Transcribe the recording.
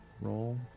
Roll